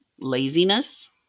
laziness